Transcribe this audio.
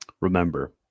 Remember